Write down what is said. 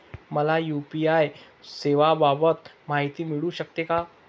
मला यू.पी.आय सेवांबाबत माहिती मिळू शकते का?